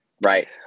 Right